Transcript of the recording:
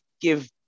give